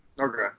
Okay